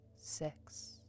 six